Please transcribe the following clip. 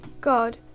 God